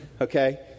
okay